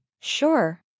Sure